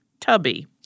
Tubby